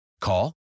Call